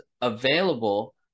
available